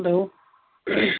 hello